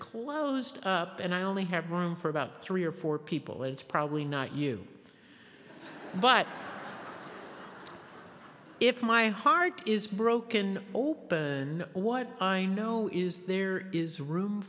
closed up and i only have room for about three or four people it's probably not you but if my heart is broken open what i know is there is room